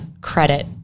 credit